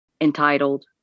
entitled